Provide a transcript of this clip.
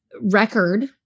record